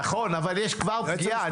נכון, אבל יש כבר פגיעה.